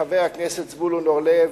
חבר הכנסת זבולון אורלב,